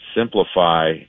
simplify